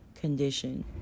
condition